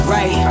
Right